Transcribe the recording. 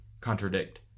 contradict